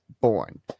born